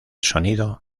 sonido